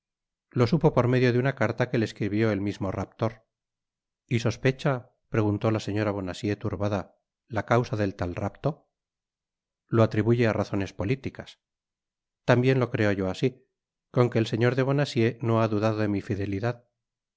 lo supo por medio de una carta que le escribió el mismo raptor y sospecha preguntó la señora bonacieux turbada la causa del tal rapto lo atribuye á razones políticas tambien lo creo yo así con que el señor de bonacieux no ha dudado de mi fidelidad